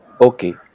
Okay